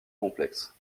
complexe